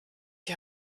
die